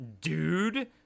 dude